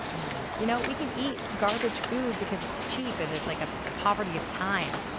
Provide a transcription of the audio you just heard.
yeah you know we can eat garbage food because it's cheap and there's like ah a poverty of time,